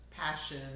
passion